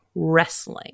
wrestling